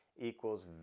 equals